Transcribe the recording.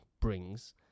brings